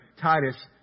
Titus